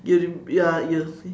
you you are you